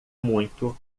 muito